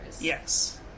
Yes